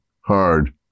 hard